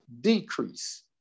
decrease